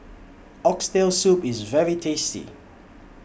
Oxtail Soup IS very tasty